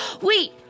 Wait